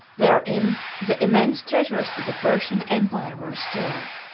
wherein the immense treasures of the persian empire were stored.